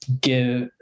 give